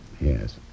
yes